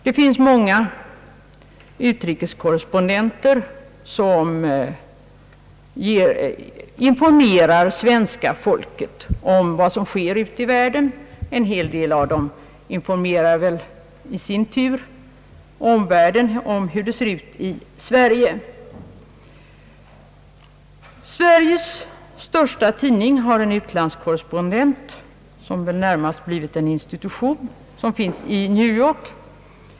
Det finns många utrikeskorrespondenter som informerar svenska folket om vad som sker ute i världen — en hel del av dem informerar väl också omvärlden om hur det ser ut i Sverige. Sveriges största morgontidning har i New York en utlandskorrespondent som väl närmast blivit en institution.